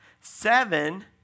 Seven